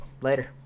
Later